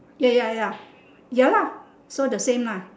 ya ya ya ya lah so the same ah